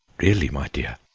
really, my dear,